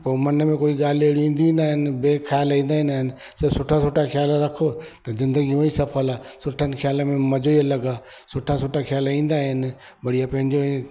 पोइ मन में कोई ॻाल्हि अहिड़ियूं ईंदियूं न आहिनि ॿिया ख़्याल ईंदा ई न आहिनि सभु सुठा सुठा ख़्याल रखो त ज़िंदगी यू ई सफल आहे सुठनि ख़्यालनि में मज़ो ई अलॻि आहे सुठा सुठा ख़्याल ईंदा आहिनि बढ़िया पंहिंजो ई